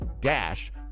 dash